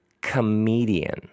Comedian